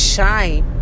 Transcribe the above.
Shine